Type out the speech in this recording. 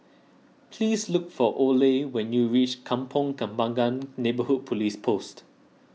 please look for Oley when you reach Kampong Kembangan Neighbourhood Police Post